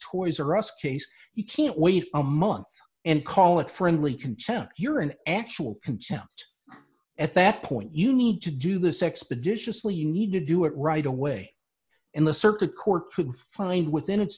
toys r us case you can't wait a month and call it friendly content you're an actual contempt at that point you need to do this expeditiously you need to do it right away in the circuit court to find within its